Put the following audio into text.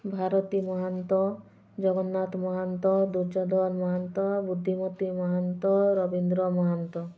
Bharati Mahanta Jagannath Mahanta Duryodhan Mahanta Buddhimati Mahanta Rabindra Mahanta